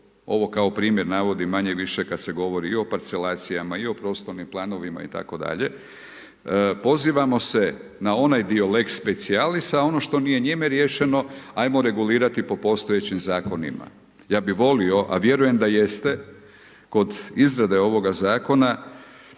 ovo kao primjer navodim manje-više kada se govori i o parcelacijama i o prostornim planovima itd., pozivamo se na onaj dio lex specialisa a ono što nije njime riješeno ajmo regulirati po postojećim zakonima. Ja bih volio, a vjerujem da jeste kod izrade ovoga zakona